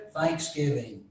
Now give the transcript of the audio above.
thanksgiving